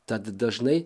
tad dažnai